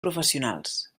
professionals